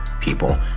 people